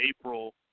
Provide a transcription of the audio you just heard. April